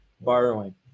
borrowing